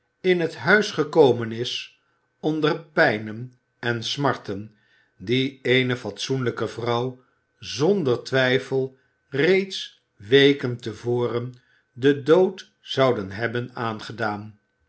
in het huis gekomen is onder pijnen en smarten die eene fatsoenlijke vrouw zonder twijfel reeds weken te voren den dood zouden hebben aangedaan